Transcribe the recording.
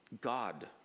God